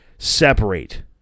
separate